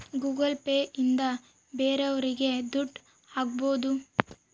Google Pay ಇಂದ ಬೇರೋರಿಗೆ ದುಡ್ಡು ಹಾಕ್ಬೋದು